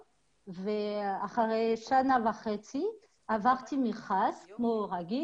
ואחרי שנה וחצי עברתי מכרז והתחלתי לעבוד.